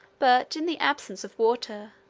but in the absence of water,